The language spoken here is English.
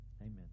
amen